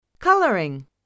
Coloring